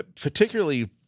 particularly